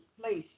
place